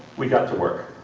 we got to work.